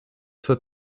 zur